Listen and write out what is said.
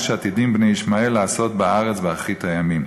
שעתידים בני ישמעאל לעשות בארץ באחרית הימים,